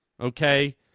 okay